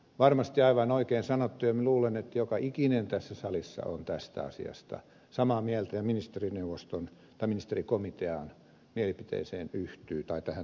varmasti aivan oikein sanottu ja minä luulen että joka ikinen tässä salissa on tästä asiasta samaa mieltä ja ministerikomitean mielipiteeseen yhtyy tai tähän toteamukseen